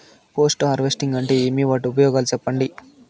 Post harvesting అంటే ఏమి? వాటి ఉపయోగాలు చెప్పండి?